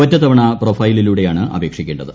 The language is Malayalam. ഒറ്റത്തവണ പ്രൊഫൈലിലൂടെയാണ് അപേക്ഷിക്കേണ്ടത്